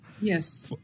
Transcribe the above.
Yes